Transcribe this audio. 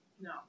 No